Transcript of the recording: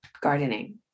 gardening